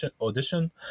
Audition